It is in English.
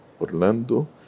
Orlando